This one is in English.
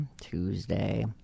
Tuesday